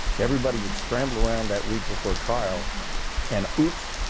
everybody would scramble around that week before trial and, oops,